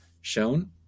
shown